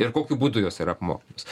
ir kokiu būdu jos ir apmokamos